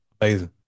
Amazing